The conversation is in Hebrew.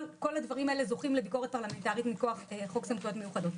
כל הדברים האלה זוכים לביקורת פרלמנטרית מכוח חוק סמכויות מיוחדות.